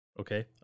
Okay